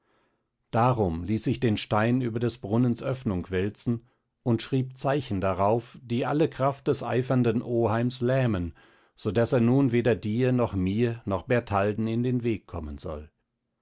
darum ließ ich den stein über des brunnens öffnung wälzen und schrieb zeichen darauf die alle kraft des eifernden oheims lähmen so daß er nun weder dir noch mir noch bertalden in den weg kommen soll